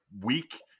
week